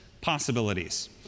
possibilities